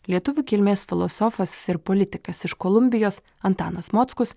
lietuvių kilmės filosofas ir politikas iš kolumbijos antanas mockus